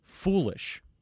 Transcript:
Foolish